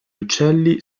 uccelli